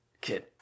Kid